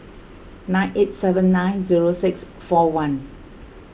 nine eight seven nine zero six four one